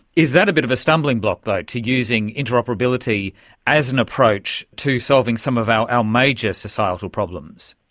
is that a bit of a stumbling block though to using interoperability as an approach to solving some of our our major societal problems?